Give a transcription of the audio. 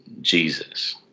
Jesus